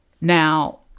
Now